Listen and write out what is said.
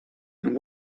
and